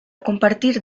compartir